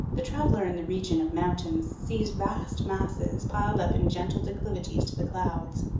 the traveler in the region of mountains sees vast masses piled up in gentle declivities to the clouds.